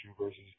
versus